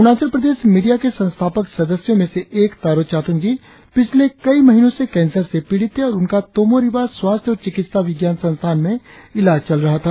Arunachal Pradesh media के संस्थापक सदस्यों में से एक तारों चातुंग जी पिछले कई महीनों से कैंसर से पीड़ित थे और उनका तोमो रिबा स्वास्थ्य और चिकित्सा विज्ञान संस्थान में इलाज चल रहा था